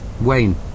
Wayne